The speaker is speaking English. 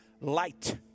light